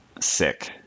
sick